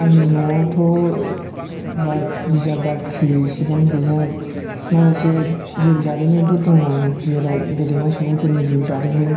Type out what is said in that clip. आंनि न'आवथ' बा बिजाब बाख्रि इसेबां गैया माखासे जिउ जारिमिनफोर दङ जेराव गेदेमा सुबुंफोरनि जिउ जारिमिन